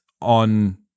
on